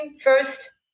first